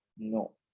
no